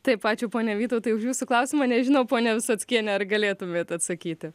taip ačiū pone vytautai už jūsų klausimą nežinau ponia visockiene ar galėtumėt atsakyti